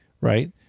right